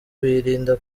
birinda